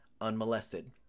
unmolested